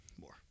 More